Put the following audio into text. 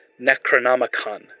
Necronomicon